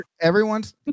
Everyone's